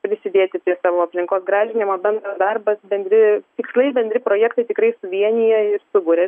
prisidėti prie savo aplinkos gražinimo bendras darbas bendri tikslai bendri projektai tikrai suvienija ir suburia